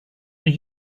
are